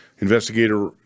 Investigator